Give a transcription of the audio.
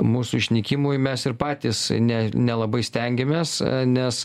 mūsų išnykimui mes ir patys ne nelabai stengiamės nes